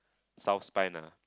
South Spine nah